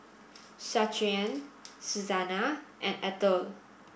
Shaquan Susanna and Ethyl